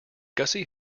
gussie